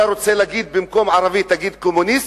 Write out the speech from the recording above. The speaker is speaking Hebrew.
אתה רוצה להגיד במקום "ערבי" "קומוניסט",